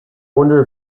wonder